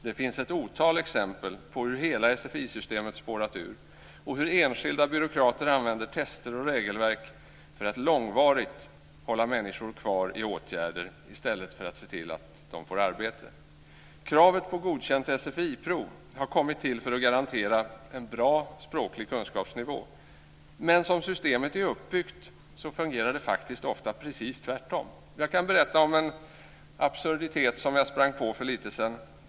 Det finns ett otal exempel på hur hela sfi-systemet spårat ur och hur enskilda byråkrater använder tester och regelverk för att långvarigt hålla människor kvar i åtgärder i stället för att se till att de får arbete. Kravet på godkänt sfi-prov har kommit till för att garantera en bra språklig kunskapsnivå. Men som systemet är uppbyggt fungerar det faktist ofta precis tvärtom. Jag kan berätta om en absurditet som jag sprang på för lite sedan.